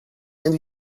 and